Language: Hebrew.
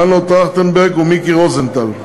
מנואל טרכטנברג ומיקי רוזנטל,